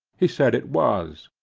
he said it was.